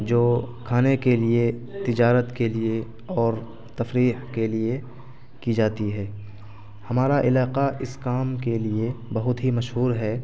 جو کھانے کے لیے تجارت کے لیے اور تفریح کے لیے کی جاتی ہے ہمارا علاقہ اس کام کے لیے بہت ہی مشہور ہے